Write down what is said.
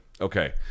Okay